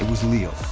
was leo,